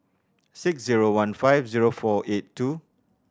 six zero one five zero four eight two